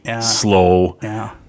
slow